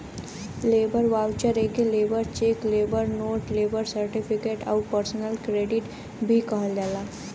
labour voucher एके labour cheque, labour note, labour certificate आउर personal credit भी कहल जाला